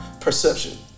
perception